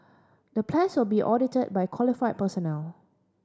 the plans will be audited by qualified personnel